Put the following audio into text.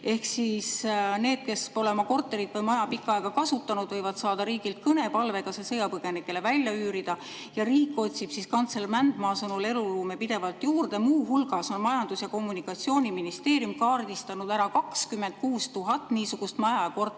Ehk siis need, kes pole oma korterit või maja pikka aega kasutanud, võivad saada riigilt kõne palvega see sõjapõgenikele välja üürida. Riik otsib kantsler Mändmaa sõnul eluruume pidevalt juurde. Muu hulgas on Majandus‑ ja Kommunikatsiooniministeerium kaardistanud ära 26 000 niisugust maja ja korterit,